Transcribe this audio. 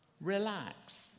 Relax